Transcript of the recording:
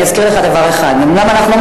אני אזכיר לך דבר אחד: אומנם אנחנו לא